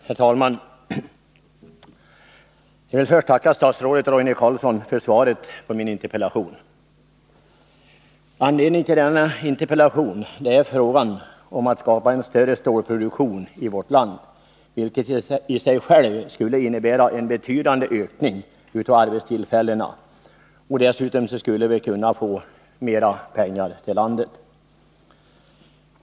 Herr talman! Jag vill först tacka statsrådet Roine Carlsson för svaret på min interpellation. Anledningen till att jag framställde denna interpellation är problemet att skapa en större stålproduktion i vårt land. En större produktion skulle i sig själv innebära en betydande ökning av antalet arbetstillfällen och dessutom ge mera pengar till landet.